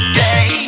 day